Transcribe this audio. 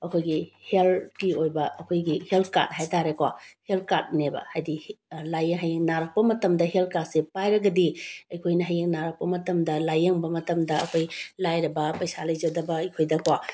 ꯑꯩꯈꯣꯏꯒꯤ ꯍꯦꯜꯀꯤ ꯑꯣꯏꯕ ꯑꯩꯈꯣꯏꯒꯤ ꯍꯦꯜ ꯀꯥꯠ ꯍꯥꯏ ꯇꯥꯔꯦꯀꯣ ꯍꯦꯜ ꯀꯥꯠꯅꯦꯕ ꯍꯥꯏꯗꯤ ꯍꯌꯦꯡ ꯅꯥꯔꯛꯄ ꯃꯇꯝꯗ ꯍꯦꯜ ꯀꯥꯠꯁꯦ ꯄꯥꯏꯔꯒꯗꯤ ꯑꯩꯈꯣꯏꯅ ꯍꯌꯦꯡ ꯅꯥꯔꯛꯄ ꯃꯇꯝꯗ ꯂꯥꯏꯌꯦꯡꯕ ꯃꯇꯝꯗ ꯑꯩꯈꯣꯏ ꯂꯥꯏꯔꯕ ꯄꯩꯁꯥ ꯂꯩꯖꯗꯕ ꯑꯩꯈꯣꯏꯗꯀꯣ